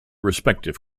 respective